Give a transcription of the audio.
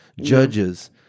judges